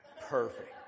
Perfect